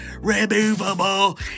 removable